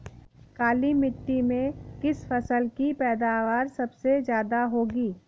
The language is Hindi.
काली मिट्टी में किस फसल की पैदावार सबसे ज्यादा होगी?